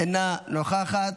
אינה נוכחת.